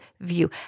view